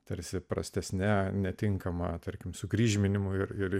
tarsi prastesne netinkamą tarkim sukryžminimo ir